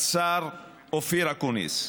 השר אופיר אקוניס.